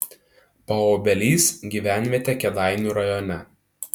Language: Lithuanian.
paobelys gyvenvietė kėdainių rajone